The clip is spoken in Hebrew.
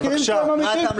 --- והתחקירים שלהם אמינים,